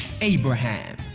Abraham